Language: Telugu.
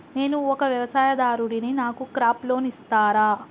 నేను ఒక వ్యవసాయదారుడిని నాకు క్రాప్ లోన్ ఇస్తారా?